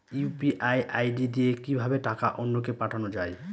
UPI ID দিয়ে কিভাবে টাকা অন্য কে পাঠানো যায়?